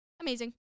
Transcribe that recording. Amazing